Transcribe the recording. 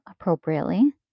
appropriately